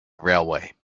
railway